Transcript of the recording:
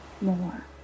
more